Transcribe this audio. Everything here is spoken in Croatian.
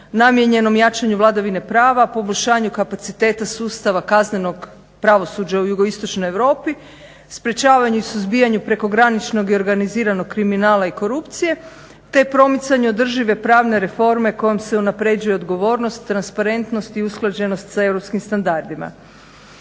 namijenjenom jačanju vladavine prava, poboljšanju kapaciteta sustava kaznenog pravosuđa u JI Europi, sprečavanju i suzbijanju prekograničnog i organiziranog kriminala i korupcije te promicanje održive pravne reforme kojom se unapređuje odgovornost, transparentnost i usklađenost s europskim standardima.